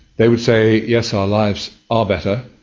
they would say, yes, our lives are better,